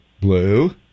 blue